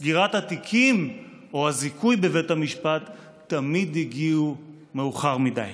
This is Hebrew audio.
סגירת התיקים או הזיכוי בבית המשפט תמיד הגיעו מאוחר מדי.